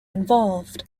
involved